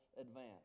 advance